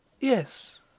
yes